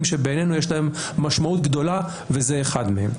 שבעינינו יש להם משמעות גדולה וזה אחד מהם.